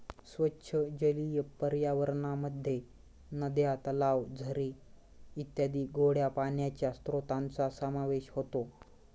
स्वच्छ जलीय पर्यावरणामध्ये नद्या, तलाव, झरे इत्यादी गोड्या पाण्याच्या स्त्रोतांचा समावेश होतो